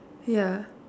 ya